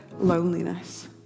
loneliness